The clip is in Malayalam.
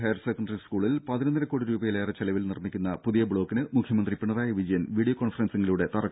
ഹയർ സെക്കണ്ടറി സ്കൂളിൽ പതിനൊന്നര കോടി രൂപയിലേറെ ചെലവിൽ നിർമ്മിക്കുന്ന പുതിയ ബ്ലോക്കിന് മുഖ്യമന്ത്രി പിണറായി വിജയൻ വീഡിയോ കോൺഫറൻസിംഗിലൂടെ തറക്കല്ലിട്ടു